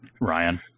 Ryan